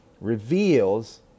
reveals